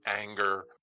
anger